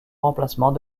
remplacement